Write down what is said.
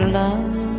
love